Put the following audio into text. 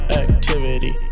activity